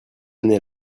année